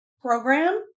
program